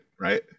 Right